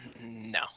No